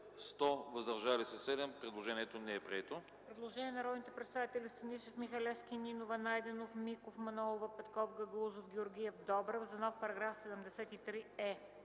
11, въздържали се 2. Предложението е прието.